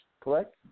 correct